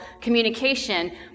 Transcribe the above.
communication